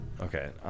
Okay